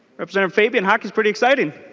representative fabian hockey is pretty exciting.